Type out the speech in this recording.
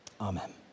Amen